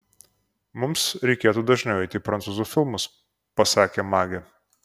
mums reikėtų dažniau eiti į prancūzų filmus pasakė magė